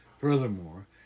Furthermore